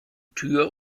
tür